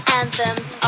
anthems